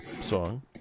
song